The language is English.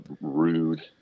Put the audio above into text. rude